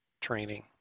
training